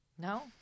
No